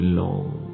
long